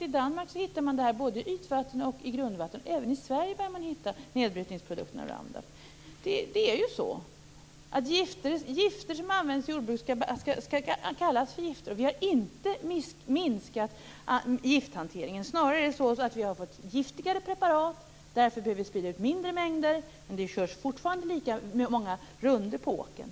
I Danmark hittar man det här både i ytvatten och i grundvatten, och även i Sverige börjar man hitta nedbrytningsprodukten av Roundup. Gifter som används i jordbruket skall kallas för gifter. Vi har inte minskat gifthanteringen. Snarare har vi fått giftigare preparat. Därför behöver vi sprida ut mindre mängder. Men det körs fortfarande lika många rundor på åkern.